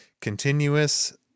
continuous